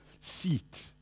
seat